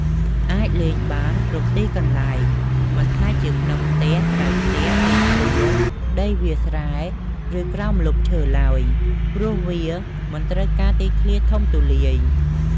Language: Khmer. អាចលេងបានគ្រប់ទីកន្លែង មិនថាជាក្នុងផ្ទះ ក្រៅផ្ទះ ទីធ្លា ដីវាលស្រែ ឬក្រោមម្លប់ឈើឡើយ ព្រោះវាមិនត្រូវការទីធ្លាធំទូលាយ។